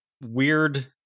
weird